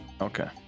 Okay